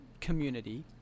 community